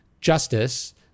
justice